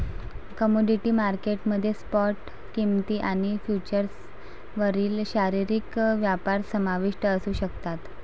commodity market मध्ये spot किंमती आणि फ्युचर्सवरील शारीरिक व्यापार समाविष्ट असू शकतात